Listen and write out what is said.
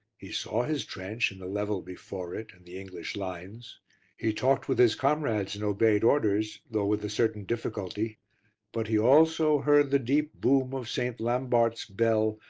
he saw his trench, and the level before it, and the english lines he talked with his comrades and obeyed orders, though with a certain difficulty but he also heard the deep boom of st. lambart's bell,